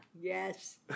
yes